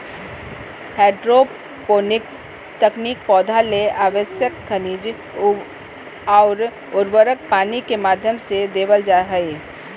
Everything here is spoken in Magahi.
हैडरोपोनिक्स तकनीक पौधा ले आवश्यक खनिज अउर उर्वरक पानी के माध्यम से देवल जा हई